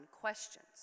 questions